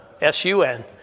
S-U-N